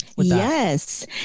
Yes